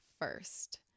first